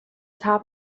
top